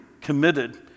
committed